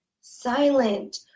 silent